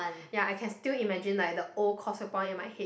ya I can still imagine like the old Causeway Point in my head